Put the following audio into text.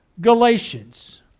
Galatians